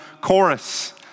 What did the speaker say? chorus